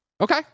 Okay